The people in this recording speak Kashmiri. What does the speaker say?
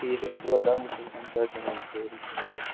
ٹھیٖک حظ چھِ تیٚلہِ حظ اَنہٕ بہٕ صُبحس یِم ڈاکِمیٚنٹ سٲری